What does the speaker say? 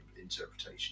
interpretation